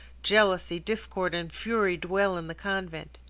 jealousy, discord, and fury, dwell in the convent.